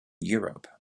europe